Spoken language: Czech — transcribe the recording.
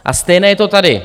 A stejné je to tady.